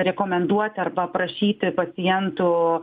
rekomenduoti arba prašyti pacientų